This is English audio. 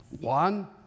one